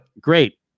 Great